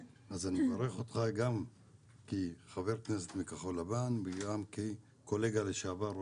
אז אני מברך אותך גם כחבר כנסת מכחול לבן וגם כקולגה לשעבר,